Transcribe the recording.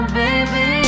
baby